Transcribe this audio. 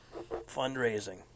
fundraising